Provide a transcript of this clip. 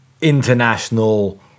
international